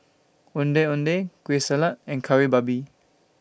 Ondeh Ondeh Kueh Salat and Kari Babi